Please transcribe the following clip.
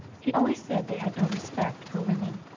he always said they had no respect for women.